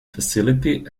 facility